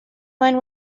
one